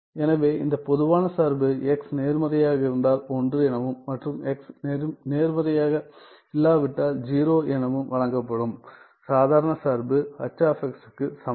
எனவே இந்த பொதுவான சார்புx நேர்மறையாக இருந்தால் 1 எனவும் மற்றும் x நேர்மறையாக இல்லாவிட்டால் 0 எனவும் வழங்கப்படும் சாதாரண சார்பு H க்கு சமம்